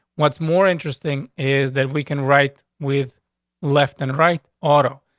what's more interesting is that we can write with left and right auto.